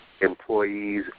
employees